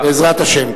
בעזרת השם.